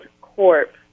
Corp